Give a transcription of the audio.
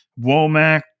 Womack